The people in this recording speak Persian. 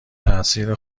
تأثیر